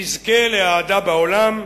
תזכה לאהדה בעולם.